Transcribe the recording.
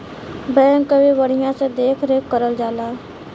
बैल क भी बढ़िया से देख रेख करल जाला